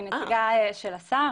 אני נציגה של השר.